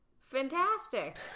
fantastic